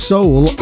Soul